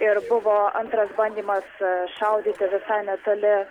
ir buvo antras bandymas šaudyti visai netoli